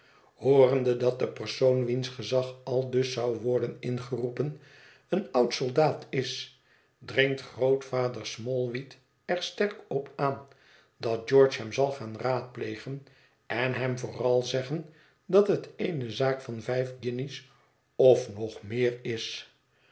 hoorende dat de persoon wiens gezag aldus zou worden ingeroepen een oud soldaat is dringt grootvader smallweed er sterk op aan dat george hem zal gaan raadplegen en hem vooral zeggen dat het eene zaak van vijf guinjes of nog meer is